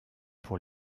pour